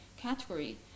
category